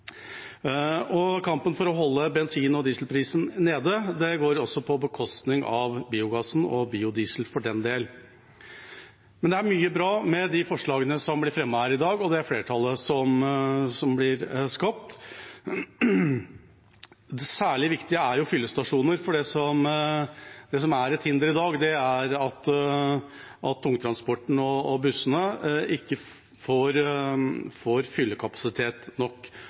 og kampen for å holde bensin- og dieselprisen nede, går også på bekostning av biogassen, og biodiesel også, for den del. Det er mye bra med de forslagene som blir fremmet her i dag, og det flertallet som blir skapt. Særlig viktig er fyllestasjoner, for det som er et hinder i dag, er at tungtransporten og bussene ikke får fyllekapasitet nok,